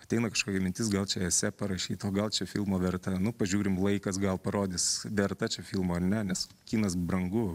ateina kažkokia mintis gal čia esė parašyt o gal čia filmo verta nu pažiūrim laikas gal parodys verta čia filmo ar ne nes kinas brangu